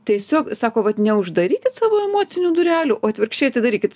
tiesiog sako vat neuždarykit savo emocinių durelių o atvirkščiai atidarykit